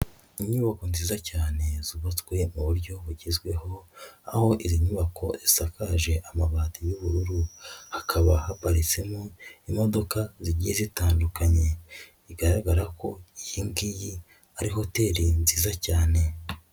Inyubako nziza cyane zubatswe mu buryo bugezweho, aho iyi nyubako isakaje amabati y'ubururu hakaba haparitsemo imodoka zigiye zitandukanye, igaragara ko iyingiyi ari hoteli nziza cyane.